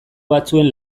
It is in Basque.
batzuen